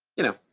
you know,